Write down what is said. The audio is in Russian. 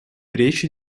речь